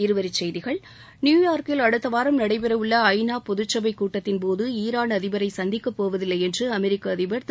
இருவரிச் செய்திகள் நியூயார்க்கில் அடுத்தவாரம் நடைபெறவுள்ள ஐ நா பொதுச்சபை கூட்டத்தின்போது ஈரான் அதிபரை சந்திக்கப்போவதில்லை என்று அமெரிக்க அதிபர் திரு